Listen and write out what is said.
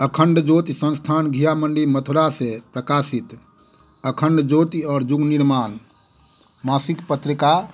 अखंड ज्योति संस्थान घीयामण्डी मथुरा से प्रकाशित अखंड ज्योति और युग निर्माण मासिक पत्रिका